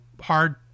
hard